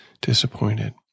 disappointed